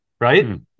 right